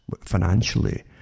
financially